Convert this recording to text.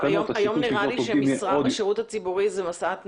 --- נראה לי שהיום משרה בשירות הציבורי היא משאת נפש.